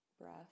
Breath